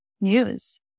news